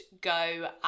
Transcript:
go